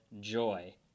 Joy